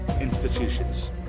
institutions